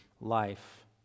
life